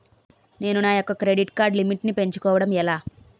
నేను నా యెక్క క్రెడిట్ కార్డ్ లిమిట్ నీ పెంచుకోవడం ఎలా?